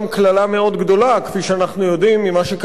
כפי שאנחנו יודעים ממה שקרה במפרץ מקסיקו.